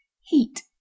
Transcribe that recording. Heat